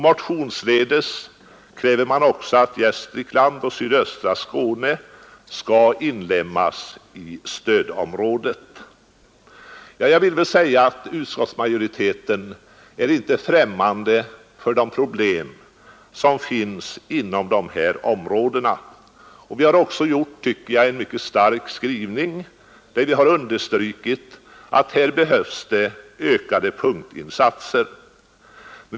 Motionsledes kräver man också att Gästrikland och sydöstra Skåne skall inlemmas i stödområdet. Utskottsmajoriteten är inte främmande för problemen inom dessa områden, och vi har, tycker jag, också gjort en mycket stark skrivning, i vilken vi har understrukit att det här behövs ökade punktinsatser.